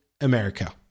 America